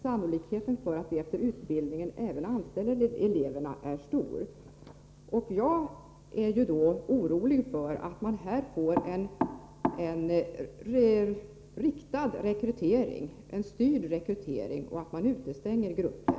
Sannolikheten för att de efter utbildningen även anställer eleverna är stor.” Jagär orolig för att vi här får en styrd rekrytering, som utestänger grupper.